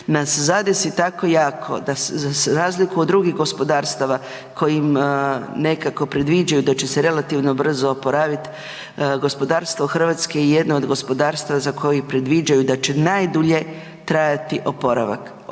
nas zadesi tako jako da za razliku od drugih gospodarstava kojim nekako predviđaju da će se relativno brzo oporavit, gospodarstvo RH je jedno od gospodarstava za koje predviđaju da će najdulje trajati oporavak,